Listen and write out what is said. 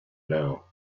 now